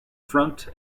front